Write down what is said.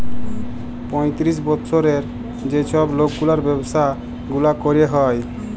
পঁয়তিরিশ বসরের যে ছব লকগুলার ব্যাবসা গুলা ক্যরা হ্যয়